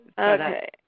Okay